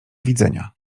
widzenia